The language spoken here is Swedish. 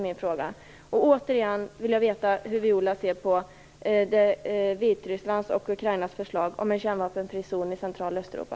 Min fråga är: Vad skulle vi förlora på det? Jag vill också veta hur Viola Furubjelke ser på